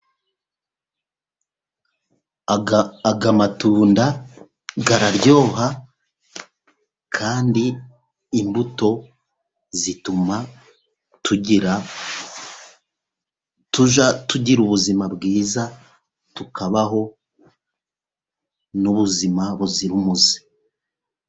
Aya matunda araryoha, kandi imbuto zituma tujya tugira ubuzima bwiza, tukabaho n'ubuzima buzira umuze.